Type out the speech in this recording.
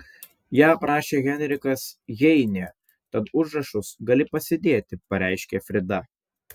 ją aprašė heinrichas heinė tad užrašus gali pasidėti pareiškė frida